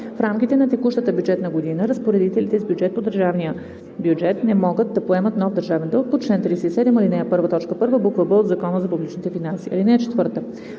В рамките на текущата бюджетна година разпоредителите с бюджет по държавния бюджет не могат да поемат нов държавен дълг по чл. 37, ал. 1, т. 1, буква „б“ от Закона за публичните финанси.